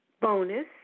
bonus